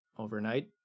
overnight